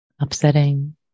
upsetting